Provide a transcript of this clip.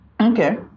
Okay